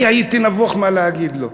אני הייתי נבוך, מה אגיד לו,